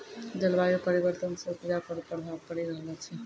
जलवायु परिवर्तन से उपजा पर प्रभाव पड़ी रहलो छै